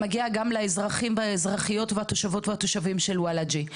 מגיע גם לאזרחים ולאזרחיות ולתושבות ולתושבים של וולאג'ה.